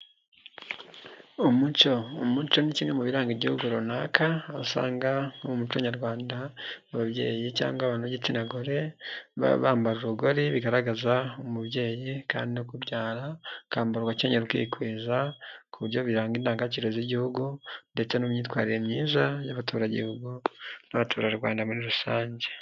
UmucO, umuco ni kimwe mu biranga igihugu runaka aho usanga mu muco nyarwanda ababyeyi cyangwa abantu b'igitsina gore, baba bambara urugori bigaragaza umubyeyi kandi no kubyara ukambara ugakenyera ukikwikwiza ku buryo biranga indangagaciro z'igihugu ndetse n'imyitwarire myiza y'abaturage b'igihugu n'abaturarwanda muri rusange.